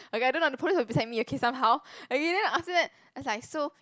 okay I don't know the police were beside me okay somehow okay then after that I was like so